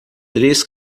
três